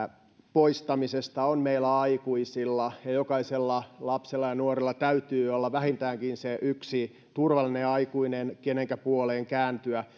poistamisesta on meillä aikuisilla ja jokaisella lapsella ja nuorella täytyy olla vähintäänkin se yksi turvallinen aikuinen kenenkä puoleen kääntyä